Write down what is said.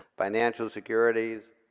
financial securities.